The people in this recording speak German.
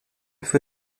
für